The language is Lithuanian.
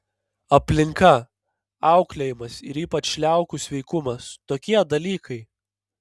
aplinka auklėjimas ir ypač liaukų sveikumas tokie dalykai